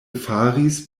faris